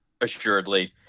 assuredly